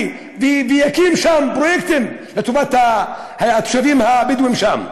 ויקים שם פרויקטים לטובת התושבים הבדואים שם,